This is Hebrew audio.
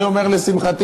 אני אומר לשמחתי,